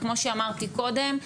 כמו שאמרתי קודם,